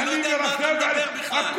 אני לא יודע על מה אתה מדבר בכלל.